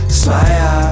smile